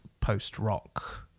post-rock